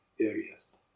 Areas